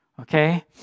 Okay